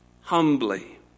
humbly